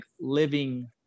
living